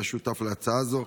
שהיה שותף להצעה זו.